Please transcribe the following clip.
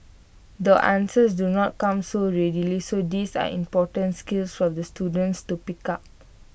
the answers do not come so readily so these are important skills for the students to pick up